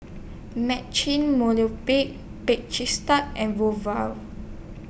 Marche Movenpick Bake Cheese Tart and